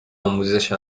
آموزش